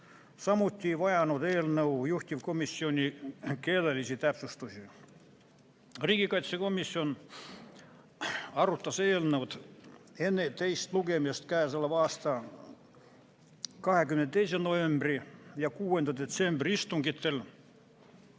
Samuti ei vajanud eelnõu juhtivkomisjoni keelelisi täpsustusi. Riigikaitsekomisjon arutas eelnõu enne teist lugemist k.a 22. novembri ja 6. detsembri istungil.